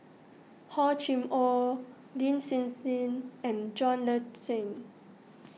Hor Chim or Lin Hsin Hsin and John Le Cain